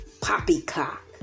poppycock